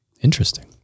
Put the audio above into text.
Interesting